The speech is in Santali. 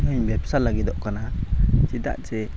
ᱤᱧ ᱦᱚᱧ ᱵᱮᱵᱽᱥᱟ ᱞᱟᱹᱜᱤᱫᱚᱜ ᱠᱟᱱᱟ ᱪᱮᱫᱟᱜ ᱡᱮ